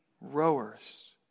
rowers